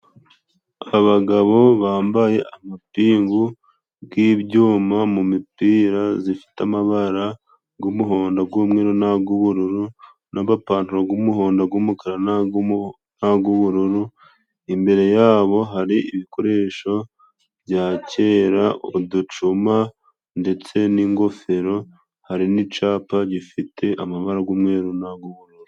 Abagabo bambaye amapingu g'ibyuma mu mipira zifite amabara g'umuhondo, ag'umweru n'ag'ubururu, n'amapantaro g'umuhondo, ag'umukara n'ag'umuho n'ag'ubururu, imbere yabo hari ibikoresho bya kera:uducuma ndetse n'ingofero. Hari n'icyapa gifite amabara g'umweru n'ag'ubururu.